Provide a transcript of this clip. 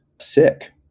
sick